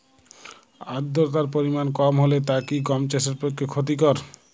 আর্দতার পরিমাণ কম হলে তা কি গম চাষের পক্ষে ক্ষতিকর?